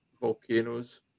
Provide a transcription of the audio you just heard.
volcanoes